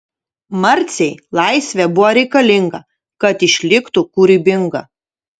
marcei laisvė buvo reikalinga kad išliktų kūrybinga